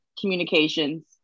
Communications